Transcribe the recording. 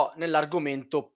nell'argomento